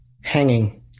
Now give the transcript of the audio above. hanging